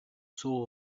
soul